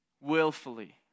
willfully